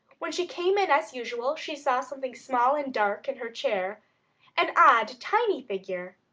when she came in as usual she saw something small and dark in her chair an odd, tiny figure,